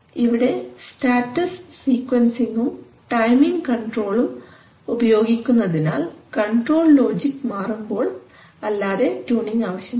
ഇവിടെ സ്റ്റാറ്റസ് സീക്വൻസിംഗും ടൈമിംഗ് കണ്ട്രോളും ഉപയോഗിക്കുന്നതിനാൽ കൺട്രോൾ ലോജിക് മാറുമ്പോൾ അല്ലാതെ ട്യൂണിംഗ് ആവശ്യമില്ല